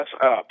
up